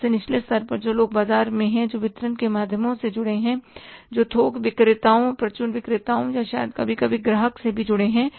सबसे निचले स्तर पर लोग जो लोग बाजार में हैं जो वितरण के माध्यमों से जुड़े हैं जो थोक विक्रेताओं परचून विक्रेताओं या शायद कभी कभी ग्राहक से भी जुड़े हैं